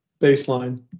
baseline